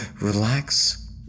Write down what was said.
Relax